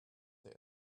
sit